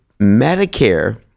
Medicare